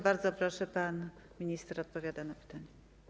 Bardzo proszę, pan minister odpowiada na pytanie.